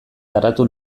garatu